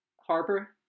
Harper